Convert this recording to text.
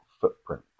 footprint